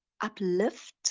uplift